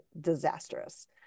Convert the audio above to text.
disastrous